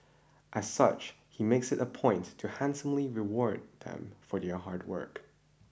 as such he makes it a point to handsomely reward them for their hard work